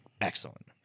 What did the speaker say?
excellent